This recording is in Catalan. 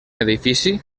edifici